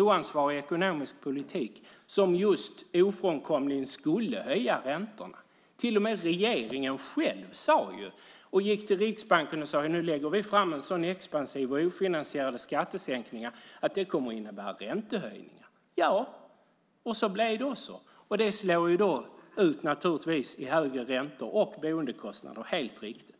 oansvarig ekonomisk politik som ofrånkomligen skulle ge högre räntor. Till och med regeringen själv sade det. Man gick till Riksbanken och sade: Nu lägger vi fram en så expansiv budget med ofinansierade skattesänkningar att det kommer att innebära räntehöjningar. Ja, så blev det. Det slår naturligtvis igenom i högre räntor och boendekostnader, helt riktigt.